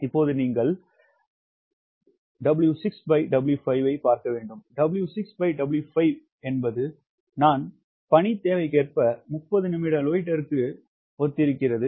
இப்போது நீங்கள் 𝑊6W5 ஐப் பார்க்க விரும்புகிறீர்கள் 𝑊6W5 என்பது நாம் பணி தேவைக்கேற்ப 30 நிமிட லொய்ட்டருக்கு ஒத்திருக்கிறது